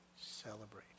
celebrate